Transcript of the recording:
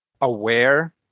aware